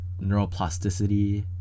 neuroplasticity